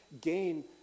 gain